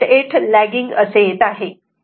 8 legging येत आहे